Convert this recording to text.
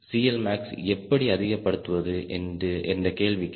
CLmax எப்படி அதிகப்படுத்துவது என்ற கேள்விக்கு